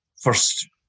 first